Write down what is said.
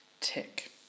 tick